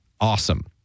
awesome